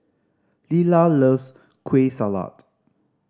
Lila loves Kueh Salat